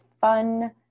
fun